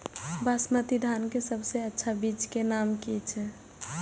बासमती धान के सबसे अच्छा बीज के नाम की छे?